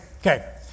okay